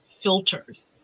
filters